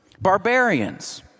Barbarians